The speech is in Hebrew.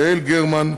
יעל גרמן,